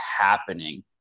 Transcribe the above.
happening